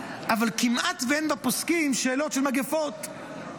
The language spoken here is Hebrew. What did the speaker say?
אבל כמעט שאין בפוסקים שאלות של מגפות.